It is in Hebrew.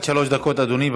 אדוני.